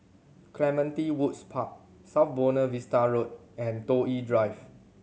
Clementi Woods Park South Buona Vista Road and Toh Yi Drive